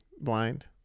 blind